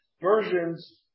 versions